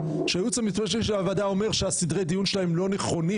הייעוץ המשפטי של הוועדה אומר שסדרי הדיון שלהם לא נכונים.